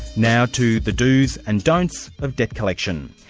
now to the do's and don'ts of debt collection.